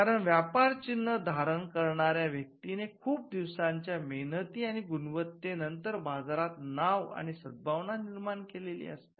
कारण व्यापर चिन्ह धारण करणाऱ्या व्यक्तीने खूप दिवसांच्या मेहनती आणि गुणवत्ते नंतर बाजारात नाव आणि सद्भावना निर्माण केलेली असते